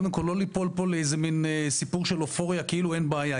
קודם כל לא ליפול פה לאיזה סיפור של אופוריה כאילו אין בעיה.